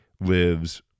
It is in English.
lives